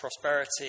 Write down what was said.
prosperity